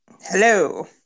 hello